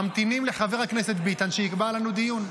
ממתינים לחבר הכנסת ביטן שיקבע לנו דיון.